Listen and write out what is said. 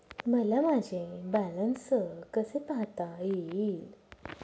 मला माझे बॅलन्स कसे पाहता येईल?